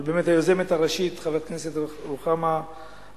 אבל באמת היוזמת הראשית היא חברת הכנסת רוחמה אברהם-בלילא,